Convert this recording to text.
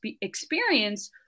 experience